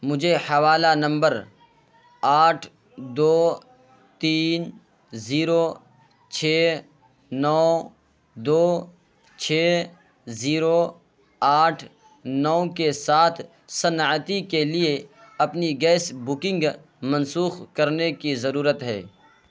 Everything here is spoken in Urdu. مجھے حوالہ نمبر آٹھ دو تین زیرو چھ نو دو چھ زیرو آٹھ نو کے ساتھ صنعتی کے لیے اپنی گیس بکنگ منسوخ کرنے کی ضرورت ہے